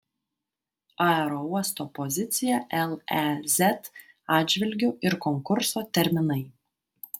aerouosto pozicija lez atžvilgiu ir konkurso terminai